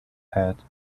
head